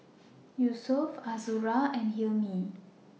Yusuf Azura and Hilmi